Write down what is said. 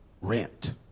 Rent